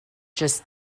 just